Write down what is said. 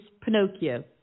Pinocchio